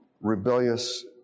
rebellious